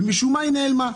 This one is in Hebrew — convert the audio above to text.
ומשום מה היא נעלמה.